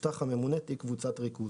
יפתח הממונה תיק קבוצת ריכוז.